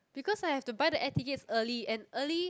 because I have to buy the air tickets early and early